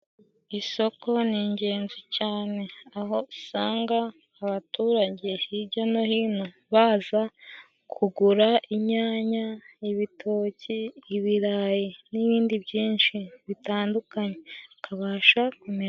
Isoko ni ingenzi cyane aho usanga abaturage hijya no hino baza kugura inyanya, ibitoki, ibirayi n'ibindi byinshi bitandukanye bikabasha kume.